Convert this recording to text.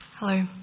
Hello